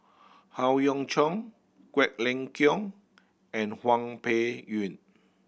Howe Yoon Chong Quek Ling Kiong and Hwang Peng Yuan